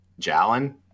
Jalen